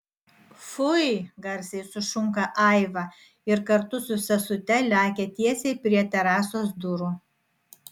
fui garsiai sušunka aiva ir kartu su sesute lekia tiesiai prie terasos durų